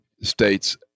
states